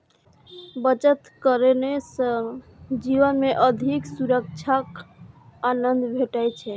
बचत करने सं जीवन मे अधिक सुरक्षाक आनंद भेटै छै